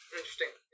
Interesting